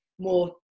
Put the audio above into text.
more